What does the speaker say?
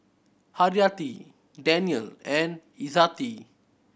Haryati Daniel and Izzati